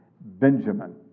Benjamin